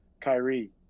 Kyrie